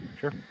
sure